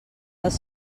dels